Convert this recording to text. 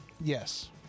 Yes